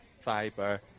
Fiber